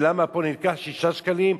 ולמה פה 6 שקלים,